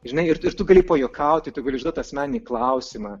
žinai ir ir tu gali pajuokauti tu gali užduoti asmeninį klausimą